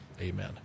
Amen